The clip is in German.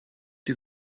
die